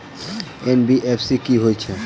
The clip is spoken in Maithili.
एन.बी.एफ.सी की हएत छै?